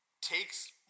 Takes